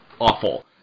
awful